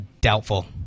Doubtful